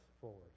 forward